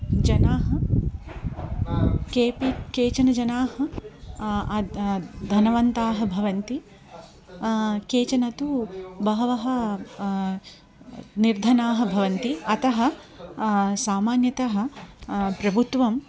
जनाः केपि केचन जनाः अद् धनवन्ताः भवन्ति केचन तु बहवः निर्धनाः भवन्ति अतः सामान्यतः प्रभुत्वं